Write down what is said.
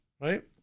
right